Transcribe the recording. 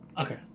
Okay